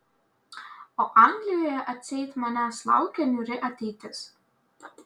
o anglijoje atseit manęs laukia niūri ateitis